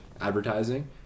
advertising